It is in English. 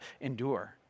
endure